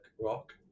rock